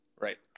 Right